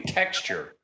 texture